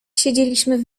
siedzieliśmy